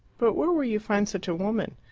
but where will you find such a woman?